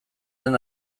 den